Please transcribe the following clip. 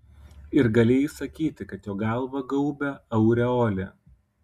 ir galėjai sakyti kad jo galvą gaubia aureolė